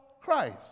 Christ